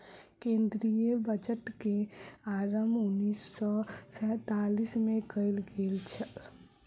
केंद्रीय बजट के आरम्भ उन्नैस सौ सैंतालीस मे कयल गेल छल